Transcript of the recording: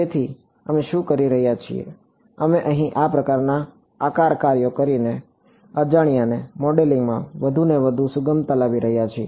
તેથી અમે શું કરી રહ્યા છીએ અમે અહીં આ પ્રકારના આકાર કાર્યો કરીને અજાણ્યાને મોડેલિંગમાં વધુને વધુ સુગમતા લાવી રહ્યા છીએ